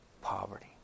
poverty